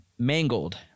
mangled